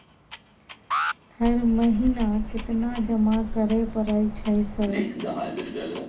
हर महीना केतना जमा करे परय छै सर?